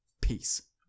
Peace